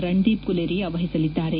ರಣಧೀರ್ ಗುಲೇರಿಯಾ ವಹಿಸಲಿದ್ದಾರೆ